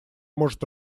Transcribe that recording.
может